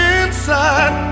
inside